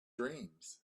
dreams